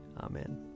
Amen